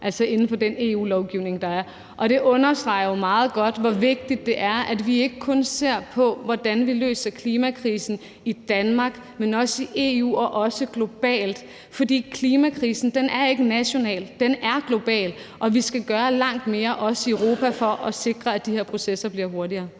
altså inden for den EU-lovgivning, der er, og det understreger jo meget godt, hvor vigtigt det er, at vi ikke kun ser på, hvordan vi løser klimakrisen i Danmark, men også i EU og også globalt. For klimakrisen er ikke national, den er global, og vi skal gøre langt mere også i Europa for at sikre, at de her processer bliver hurtigere.